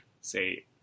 say